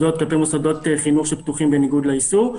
מוסדות חינוך שפתוחים בניגוד לאיסור,